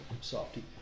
softy